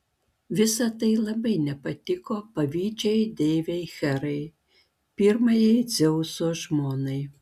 visa tai labai nepatiko pavydžiai deivei herai pirmajai dzeuso žmonai